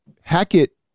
Hackett